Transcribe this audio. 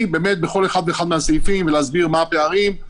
בכל אחד ואחד מהסעיפים ולהסביר מה הפערים,